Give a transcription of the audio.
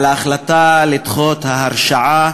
על ההחלטה לדחות את ההרשעה